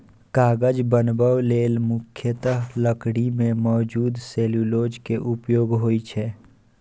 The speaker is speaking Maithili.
कागज बनबै लेल मुख्यतः लकड़ी मे मौजूद सेलुलोज के उपयोग होइ छै